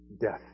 Death